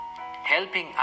helping